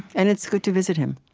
and it's good to visit him